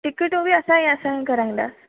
टिकेटूं बि असांजी असांजी कराईंदासीं